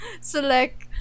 select